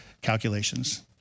calculations